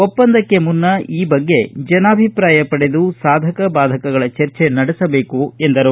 ಒಪ್ಪಂದಕ್ಕೆ ಮುನ್ನ ಈ ಬಗ್ಗೆ ಜನಾಭಿಪ್ರಾಯ ಪಡೆದು ಸಾಧಕ ಬಾಧಕಗಳ ಚರ್ಚೆ ನಡೆಸಬೇಕು ಎಂದರು